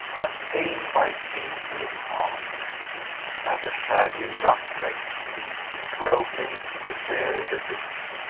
are tamed by his infinite art and the shaggy rough-maned steed is broken to bear the bit.